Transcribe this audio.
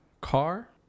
car